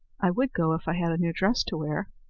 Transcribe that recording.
i would go if i had a new dress to wear.